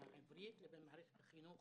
העברית לבין מערכת החינוך